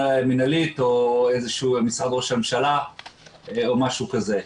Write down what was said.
מינהלית או משרד ראש הממשלה או משהו כזה.